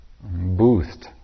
boost